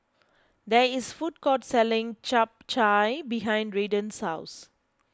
there is food court selling Chap Chai behind Redden's house